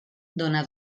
dóna